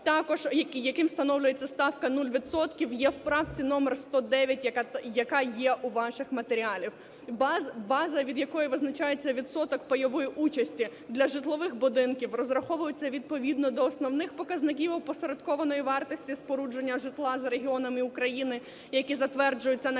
також яким встановлюється ставка нуль відсотків, є в правці номер 109, яка є у ваших матеріалах. База, від якої визначається відсоток пайової участі для житлових будинків, розраховується відповідно до основних показників опосередкованої вартості спорудження житла за регіонами України, які затверджуються наказом